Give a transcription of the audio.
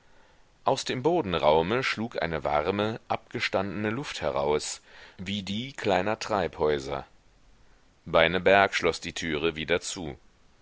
aus dem bodenraume schlug eine warme abgestandene luft heraus wie die kleiner treibhäuser beineberg schloß die türe wieder zu